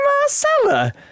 Marcella